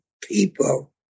people